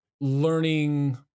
learning